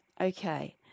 Okay